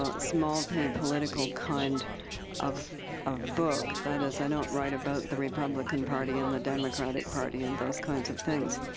small p, political kind of of book, that is, i don't write about the republican party, and the democratic party, and those kinds of things.